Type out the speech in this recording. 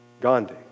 Gandhi